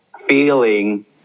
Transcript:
feeling